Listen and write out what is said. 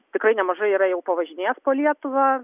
tikrai nemažai yra jau pavažinėjęs po lietuvą